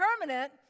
permanent